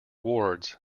wards